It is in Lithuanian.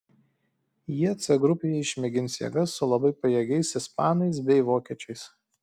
jie c grupėje išmėgins jėgas su labai pajėgiais ispanais bei vokiečiais